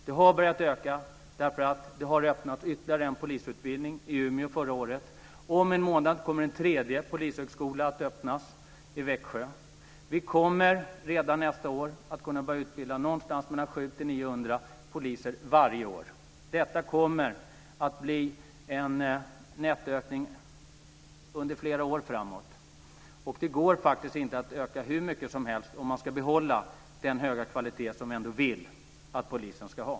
Det har börjat öka eftersom ytterligare en polisutbildning öppnades i Umeå förra året. Om en månad kommer en tredje polishögskola att öppnas i Växjö. Vi kommer redan nästan år att kunna börja utbilda 700-900 poliser varje år. Det kommer att bli en nettoökning under flera år framåt. Det går faktiskt inte att öka antalet hur mycket som helst om man ska behålla den höga kvalitet som vi vill att polisen ska ha.